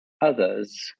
others